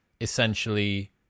essentially